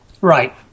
Right